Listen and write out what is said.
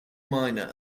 minor